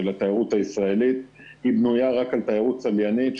היא בנויה רק על תיירות צליינית,